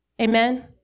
Amen